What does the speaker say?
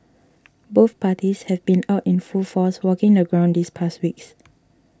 both parties have been out in full force walking the ground these past weeks